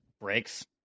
breaks